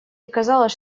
оказалось